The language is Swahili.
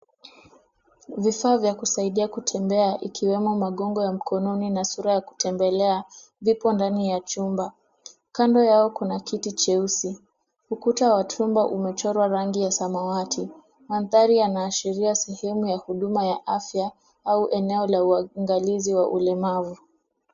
Vifaa vya kusaidia kutembea ikiwemo magongo ya mkononi na sura ya kutembelea. Vipo ndani ya chumba. Kando yao kuna kiti cheusi. Ukuta wa chuma umechorwa rangi ya samawati. Mandhari yanaashiria sehemu ya huduma ya afya au eneo la uangalizi wa ulemavu.